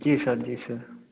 जी sir जी sir